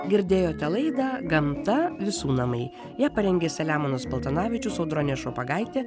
girdėjote laidą gamta visų namai ją parengė selemonas paltanavičius audronė šopagaitė